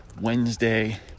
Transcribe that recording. Wednesday